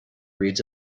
reads